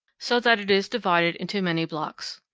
so that it is divided into many blocks.